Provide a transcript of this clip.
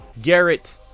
Garrett